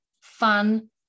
fun